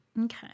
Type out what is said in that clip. Okay